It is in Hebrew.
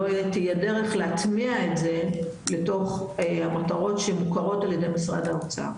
תהיה דרך להטמיע את זה לתוך המותרות שמוכרות על ידי משרד האוצר.